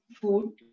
food